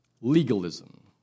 Legalism